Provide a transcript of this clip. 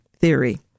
theory